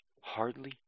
hardly